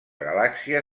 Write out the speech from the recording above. galàxia